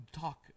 talk